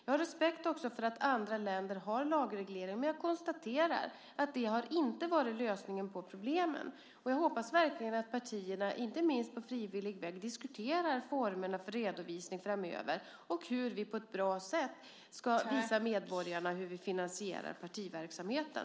Jag har respekt för att andra länder har lagreglering, men jag konstaterar att det inte har varit lösningen på problemen. Jag hoppas verkligen att partierna, inte minst på frivillig väg, diskuterar formerna för redovisning framöver och hur vi på ett bra sätt ska visa medborgarna hur vi finansierar partiverksamheten.